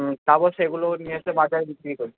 তারপর সেগুলো নিয়ে এসে বাজারে বিক্রি করি